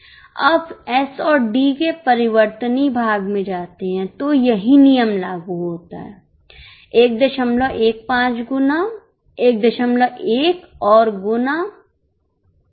अब S और Dके परिवर्तनीय भाग में जाते हैं तो यही नियम लागू होता है 115 गुना 11 और गुना 112